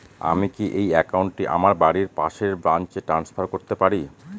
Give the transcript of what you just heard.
আমি কি এই একাউন্ট টি আমার বাড়ির পাশের ব্রাঞ্চে ট্রান্সফার করতে পারি?